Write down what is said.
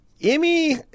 Emmy